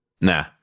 Nah